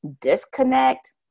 disconnect